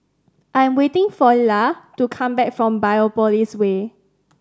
I'm waiting for Illa to come back from Biopolis Way